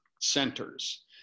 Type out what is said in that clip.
centers